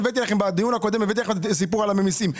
בדיון הקודם סיפרתי לכם את הסיפור על הממיסים.